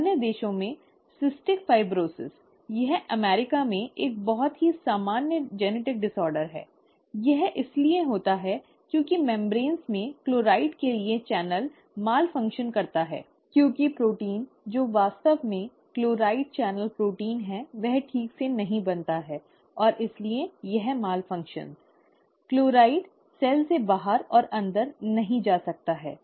अन्य देशों में सिस्टिक फाइब्रोसिस यह अमेरिका में एक बहुत ही सामान्य आनुवंशिक विकार है यह इसलिए होता है क्योंकि झिल्ली में क्लोराइड के लिए चैनल खराबी करता है ठीक है क्योंकि प्रोटीन जो वास्तव में क्लोराइड चैनल प्रोटीन है वह ठीक से नहीं बनता है और इसलिए यह खराबी क्लोराइड सेल से बाहर और अंदर नहीं जा सकता है